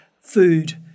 food